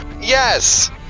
yes